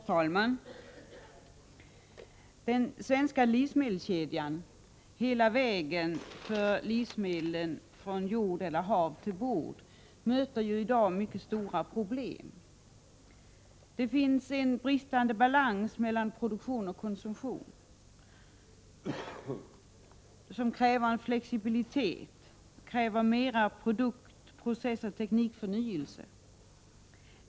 Herr talman! Den svenska livsmedelskedjan — hela vägen för livsmedlen från jord eller hav till bord — möter i dag stora problem. Det är bristande balans mellan produktion och konsumtion som kräver en flexibilitet, mera produkt-, processoch teknikförnyelse.